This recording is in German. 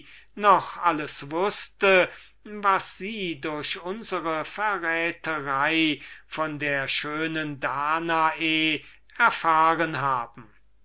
noch alles wußte was sie durch unsere indiskretion von der schönen danae erfahren haben